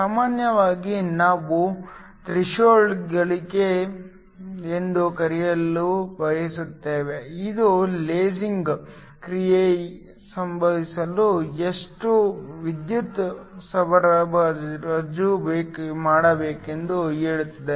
ಸಾಮಾನ್ಯವಾಗಿ ನಾವು ಥ್ರೆಶೋಲ್ಡ್ ಗಳಿಕೆ ಎಂದು ಕರೆಯಲು ಬಯಸುತ್ತೇವೆ ಇದು ಲೇಸಿಂಗ್ ಕ್ರಿಯೆ ಸಂಭವಿಸಲು ಎಷ್ಟು ವಿದ್ಯುತ್ ಸರಬರಾಜು ಮಾಡಬೇಕೆಂದು ಹೇಳುತ್ತದೆ